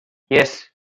yes